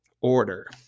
Order